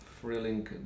thrilling